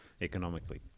economically